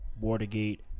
Watergate